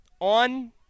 on